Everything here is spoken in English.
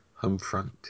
Homefront